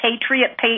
Patriot